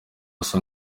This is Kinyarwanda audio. asa